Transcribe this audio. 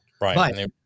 Right